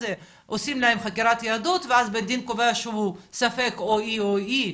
עושים להם חקירת יהדות ואז בית הדין קובע שהוא ספק או הוא או היא.